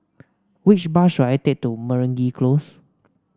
which bus should I take to Meragi Close